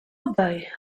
obaj